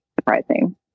surprising